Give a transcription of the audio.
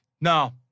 no